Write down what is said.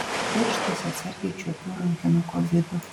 pirštais atsargiai čiuopiu rankinuko vidų